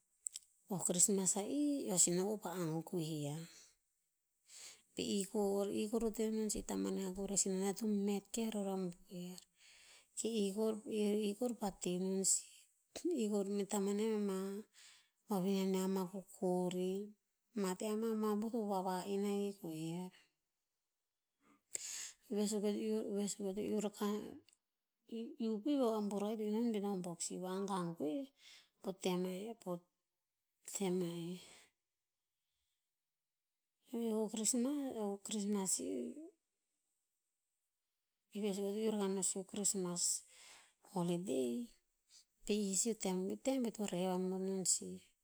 Po krimas a i, eoh pasi noh kopah agoeh yiah. Peh i kor- i kor to teh menon sih taman niah kor eh sinan niah to met keh roh rabuer. Ke i kor- i kor pah tenon sih. I kor meh taman niah mea ma vavinen niah ama kokori. Ma te ama abuabuh to vavaen ahik ko er. Ve suk eo to iuh- ve suk eo to iuh rakah iuh- iuh pi veh o abuh rakah, i to iuh non be nom abuok sih vah agoagoeh po tem eh- po tem a i. ive suk e eo to iuh rakah noh sih o krismas holiday. Pe i sih o tem- tem e to reh amot non sih.